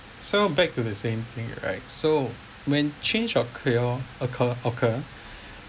so back to the same thing right so when change occurred occur occur occur